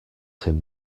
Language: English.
him